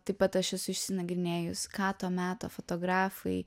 taip pat aš esu išsinagrinėjus ką to meto fotografai